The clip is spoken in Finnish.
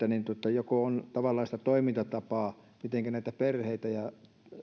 joko on sitä toimintatapaa mitenkä näitä perheitä ja